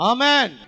Amen